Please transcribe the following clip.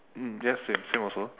mm yes same same also